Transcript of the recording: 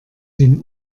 den